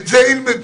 את זה ילמדו.